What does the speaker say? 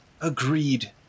Agreed